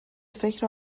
فکر